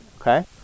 Okay